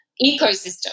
ecosystem